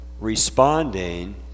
responding